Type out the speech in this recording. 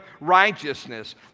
righteousness